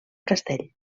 castell